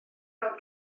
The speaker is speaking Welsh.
fel